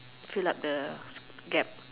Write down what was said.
fill up the gap